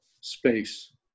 space